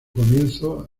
comienzo